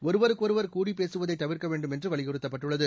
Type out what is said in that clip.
ஒருவருக்கொருவர் கூடி பேசுவதை தவிர்க்க வேண்டும் என்று வலியுறுத்தப்பட்டுள்ளது